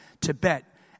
Tibet